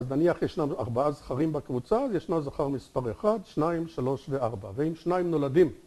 אז נניח יש לנו ארבעה זכרים בקבוצה, אז ישנו זכר מספר אחד, שניים, שלוש וארבע, ואם שניים נולדים